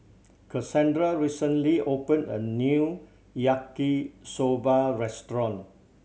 Kasandra recently opened a new Yaki Soba restaurant